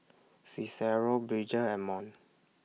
Cicero Bridger and Mont